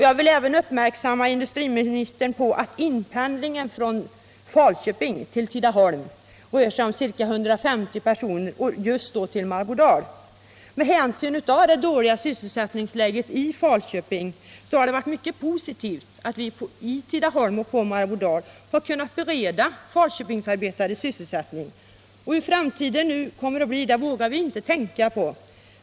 Jag vill även uppmärksamma industriministern på att inpendlingen från Falköping till Tidaholm rör sig om ca. 150 personer — just till Marbodal. Med hänsyn till det dåliga sysselsättningsläget i Falköping har det varit positivt att Marbodal kunnat bereda Falköpingsarbetare sysselsättning. Hur framtiden kommer att bli vågar vi inte tänka på.